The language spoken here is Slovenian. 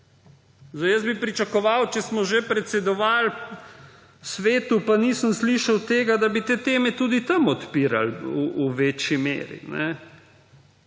v SDS. Pričakoval bi, če smo že predsedovali Svetu, pa nisem slišal tega, da bi te teme tudi tam odpirali v večji meri.